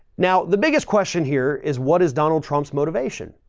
now, the biggest question here is, what is donald trump's motivation?